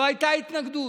לא הייתה התנגדות.